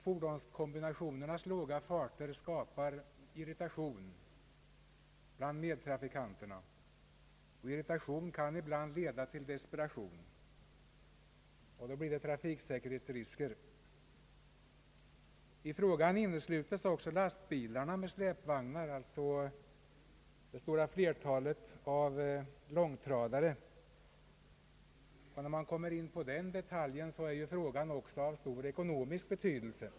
Fordonskombinationernas låga farter skapar irritation bland medtrafikanterna, irritation kan ibland leda till desperation, och då blir det trafiksäkerhetsrisker. I frågan inneslutes också lastbilar med släpvagnar, alltså det stora flertalet av långtradare. När man kommer in på den detaljen, blir frågan också av stor ekonomisk betydelse.